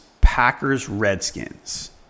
Packers-Redskins